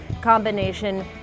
combination